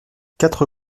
quatre